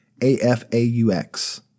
AFAUX